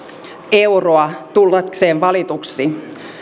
euroa tullakseen valituksi